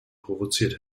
provoziert